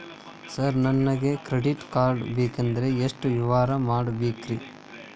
Sir ನನಗೆ credit card ಬೇಕಂದ್ರೆ ಎಷ್ಟು ವ್ಯವಹಾರ ಮಾಡಬೇಕ್ರಿ?